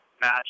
match